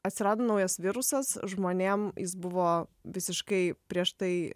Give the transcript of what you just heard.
atsirado naujas virusas žmonėm jis buvo visiškai prieš tai